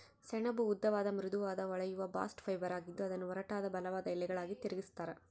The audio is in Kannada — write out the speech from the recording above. ಸೆಣಬು ಉದ್ದವಾದ ಮೃದುವಾದ ಹೊಳೆಯುವ ಬಾಸ್ಟ್ ಫೈಬರ್ ಆಗಿದ್ದು ಅದನ್ನು ಒರಟಾದ ಬಲವಾದ ಎಳೆಗಳಾಗಿ ತಿರುಗಿಸ್ತರ